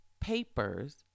papers